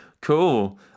cool